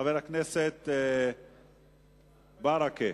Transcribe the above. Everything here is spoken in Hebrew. חבר הכנסת מוחמד ברכה.